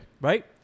Right